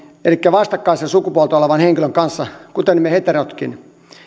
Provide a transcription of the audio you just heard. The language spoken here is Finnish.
elikkä vastakkaista sukupuolta olevan henkilön kanssa kuten me heterotkin